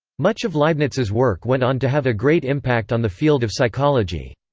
much of leibniz's work went on to have a great impact on the field of psychology.